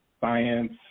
science